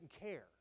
care